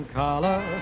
collar